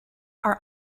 are